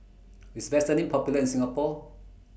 IS Vaselin Popular in Singapore